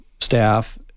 staff